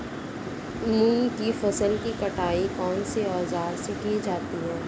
मूंग की फसल की कटाई कौनसे औज़ार से की जाती है?